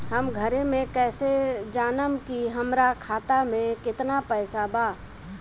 हम घरे से कैसे जानम की हमरा खाता मे केतना पैसा बा?